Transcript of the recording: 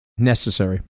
Necessary